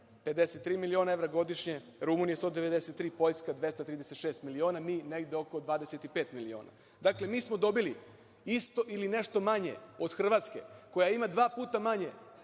53 miliona evra godišnje, Rumunija - 193, Poljska - 236 miliona, a mi negde oko 25 miliona. Dakle, mi smo dobili isto ili nešto manje od Hrvatske, koja ima dva puta manje